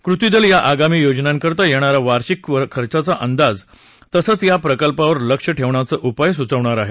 कृती दल या आगामी योजनांकरता येणारा वार्षिक खर्चाचा अंदाज तसंच या प्रकल्पावर लक्ष ठेवण्याचे उपाय सूचवणार आहेत